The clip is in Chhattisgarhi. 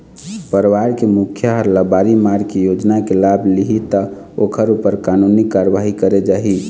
परवार के मुखिया ह लबारी मार के योजना के लाभ लिहि त ओखर ऊपर कानूनी कारवाही करे जाही